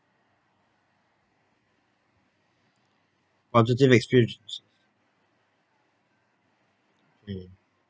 positive experiences okay